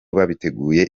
bateguye